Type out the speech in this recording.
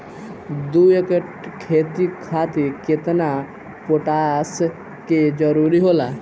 दु एकड़ खेती खातिर केतना पोटाश के जरूरी होला?